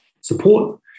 support